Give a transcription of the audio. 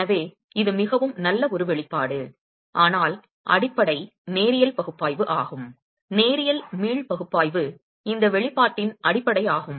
எனவே இது மிகவும் நல்ல ஒரு வெளிப்பாடு ஆனால் அடிப்படை நேரியல் பகுப்பாய்வு ஆகும் நேரியல் மீள் பகுப்பாய்வு இந்த வெளிப்பாட்டின் அடிப்படையாகும்